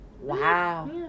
Wow